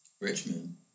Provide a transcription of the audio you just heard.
Richmond